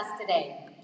today